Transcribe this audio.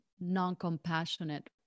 non-compassionate